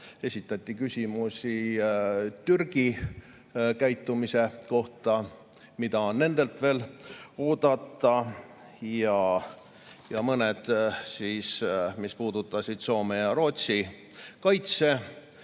Esitati küsimusi Türgi käitumise kohta, mida on nendelt veel oodata, mõned küsimused puudutasid Soome ja Rootsi kaitsevõimet